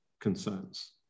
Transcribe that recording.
concerns